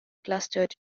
clustered